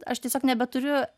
aš tiesiog nebeturiu